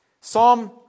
Psalm